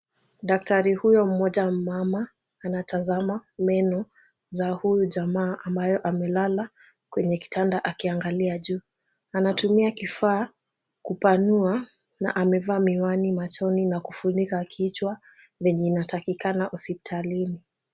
Daktari, huyo mmoja mmama anatazama meno za huyu jamaa ambayo amelala kwenye kitanda akiangalia juu. Anatumia kifaa kupanua na amevaa miwani machoni na kufunika kichwa vyenye inatakikana hospitalini.